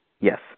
Yes